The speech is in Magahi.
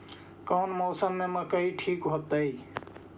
कौन मौसम में मकई ठिक होतइ?